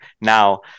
now